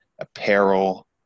apparel